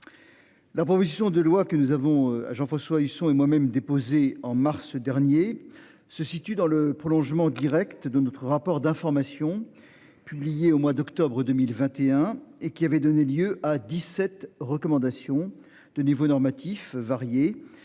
La proposition de loi que nous avons à faut soit ils sont et moi-même déposé en mars dernier, se situe dans le prolongement Direct de notre rapport d'information publié au mois d'octobre 2021 et qui avait donné lieu à 17 recommandations de niveau normatif varier